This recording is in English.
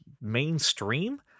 mainstream